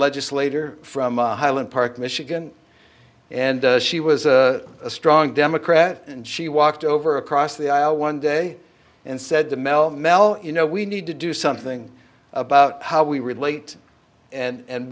legislator from highland park michigan and she was a strong democrat and she walked over across the aisle one day and said to mel mel you know we need to do something about how we relate and